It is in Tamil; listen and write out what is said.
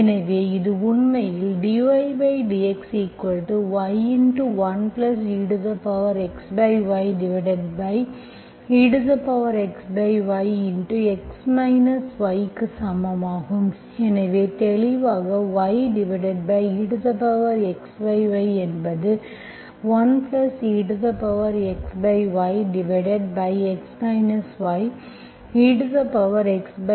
எனவே இது உண்மையில் dydxy 1exyexy x y க்கு சமம் எனவே தெளிவாக y exy என்பது 1exy x y exy என்ற ஹோமோஜினியஸ் ஃபங்க்ஷன்